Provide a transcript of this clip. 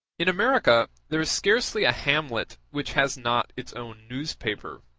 in america there is scarcely a hamlet which has not its own newspaper.